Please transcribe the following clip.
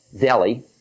Delhi